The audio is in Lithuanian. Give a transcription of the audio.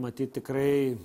matyt tikrai